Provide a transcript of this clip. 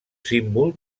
símbol